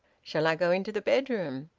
shall i go into the bedroom?